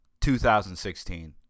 2016